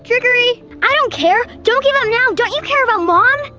trickery. i don't care, don't give up now. don't you care about mom!